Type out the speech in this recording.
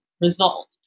result